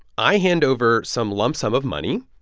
i hand over some lump sum of money.